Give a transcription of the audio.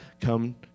come